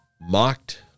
mocked